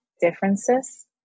differences